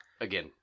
again